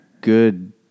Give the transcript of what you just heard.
good